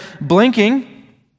blinking